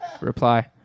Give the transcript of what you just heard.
reply